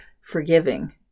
forgiving